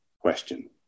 question